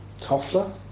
Toffler